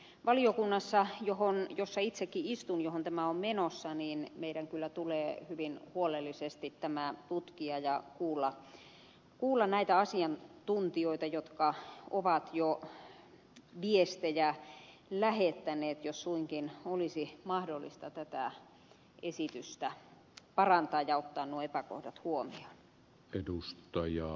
kyllä valiokunnassa jossa itsekin istun ja johon tämä on menossa meidän tulee hyvin huolellisesti tämä tutkia ja kuulla näitä asiantuntijoita jotka ovat jo viestejä lähettäneet jos suinkin olisi mahdollista tätä esitystä parantaa ja ottaa nuo epäkohdat huomioon edustaja